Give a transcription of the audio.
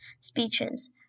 speeches